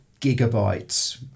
gigabytes